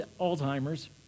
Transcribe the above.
Alzheimer's